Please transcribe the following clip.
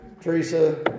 Teresa